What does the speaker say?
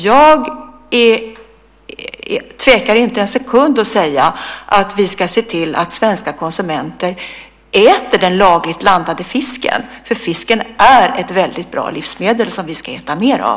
Jag tvekar inte en sekund att säga att vi ska se till att svenska konsumenter äter den lagligt landade fisken, för fisken är ett väldigt bra livsmedel, som vi ska äta mer av.